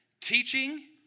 teaching